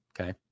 Okay